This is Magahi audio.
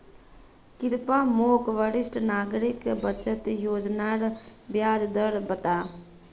कृप्या मोक वरिष्ठ नागरिक बचत योज्नार ब्याज दर बता